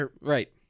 Right